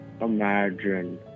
imagine